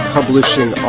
Publishing